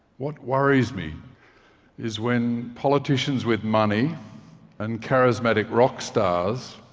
what worries me is when politicians with money and charismatic rock stars